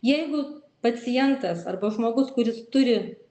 jeigu pacientas arba žmogus kuris turi